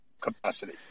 capacity